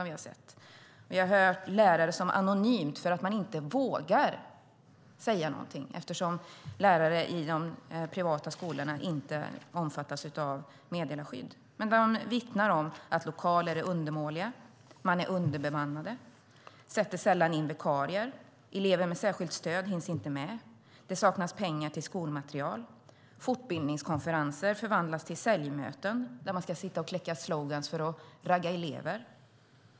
Vi har hört lärare som anonymt - man vågar inte säga någonting eftersom lärare i de privata skolorna inte omfattas av meddelarskyddet - vittnar om att lokaler är undermåliga, att man är underbemannad, att det sällan sätts in vikarier. Elever med särskilt stöd hinns inte med. Det saknas pengar till skolmateriel, och fortbildningskonferenser förvandlas till säljmöten där man ska kläcka slogan för att ragga elever.